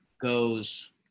goes